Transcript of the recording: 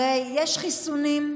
הרי יש חיסונים,